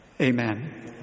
amen